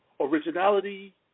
originality